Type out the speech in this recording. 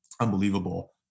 unbelievable